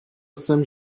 jsem